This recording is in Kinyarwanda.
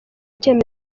icyemezo